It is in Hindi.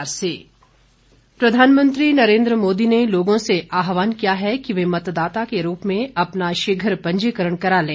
पीएम मतदान प्रधानमंत्री नरेन्द्र मोदी ने लोगों से आह्वान किया है कि वे मतदाता के रूप में अपना शीघ्र पंजीकरण करा लें